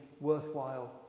worthwhile